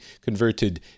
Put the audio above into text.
converted